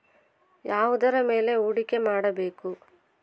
ಯಾವುದರ ಮೇಲೆ ಹೂಡಿಕೆ ಮಾಡಬೇಕು?